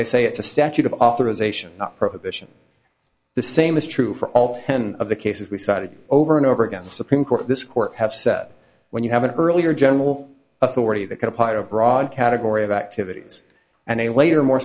they say it's a statute of authorization not prohibition the same is true for all ten of the cases we've cited over and over again the supreme court this court have said when you have an earlier general authority that a part of broad category of activities and a later more